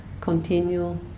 continue